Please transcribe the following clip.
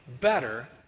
better